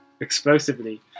explosively